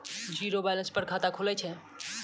Zero balance पर खाता खुले छै?